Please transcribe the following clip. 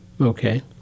okay